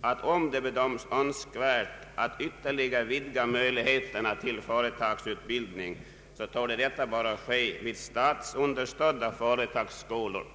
att om det bedöms önskvärt att vtterligare vidga möjligheterna till företags utbildning torde detta böra ske vid statsunderstödda företagsskolor.